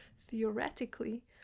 theoretically